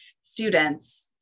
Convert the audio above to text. students